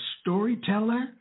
storyteller